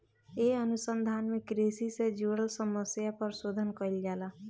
ए अनुसंधान में कृषि से जुड़ल समस्या पर शोध कईल जाला